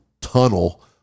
tunnel